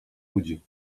ludzi